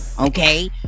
okay